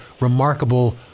remarkable